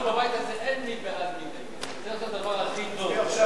בבית הזה צריך לעשות הכי טוב.